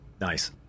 Nice